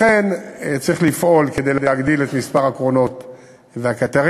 לכן צריך לפעול כדי להגדיל את מספר הקרונות והקטרים,